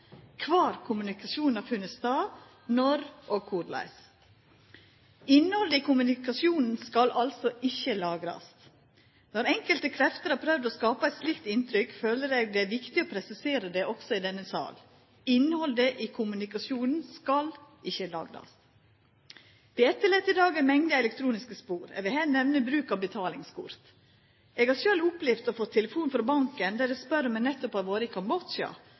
kvar kommunikasjonen har funne stad, når og korleis. Innhaldet i kommunikasjonen skal altså ikkje lagrast. Når enkelte krefter har prøvd å skapa eit slikt inntrykk, føler eg det er viktig å presisera det også i denne salen: Innhaldet i kommunikasjonen skal ikkje lagrast. Vi etterlèt i dag ei mengd elektroniske spor, eg vil her nemna bruk av betalingskort. Eg har sjølv opplevd å få telefon frå banken der dei spør om eg nettopp har vore i